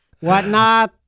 whatnot